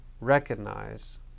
recognize